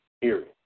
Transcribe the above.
Period